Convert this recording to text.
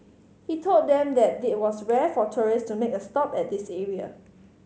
he told them that it was rare for tourist to make a stop at this area